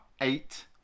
eight